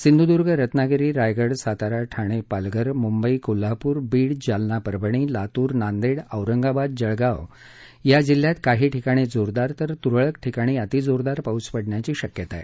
सिंधुदुर्ग रत्नागिरी रायगड सातारा ठाणे पालघर मुंबई कोल्हापूर बीड जालना परभणी लातूर नांदेड औरंगाबाद जळगाव या जिल्ह्यात काही ठिकाणी जोरदार तर तुरळक ठिकाणी अतिजोरदार पाऊस पडण्याची शक्यता आहे